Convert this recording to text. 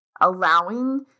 allowing